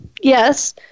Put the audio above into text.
yes